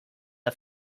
are